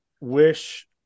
wish